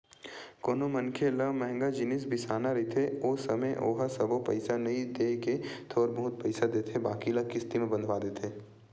कोनो मनखे ल मंहगा जिनिस बिसाना रहिथे ओ समे ओहा सबो पइसा नइ देय के थोर बहुत पइसा देथे बाकी ल किस्ती म बंधवा देथे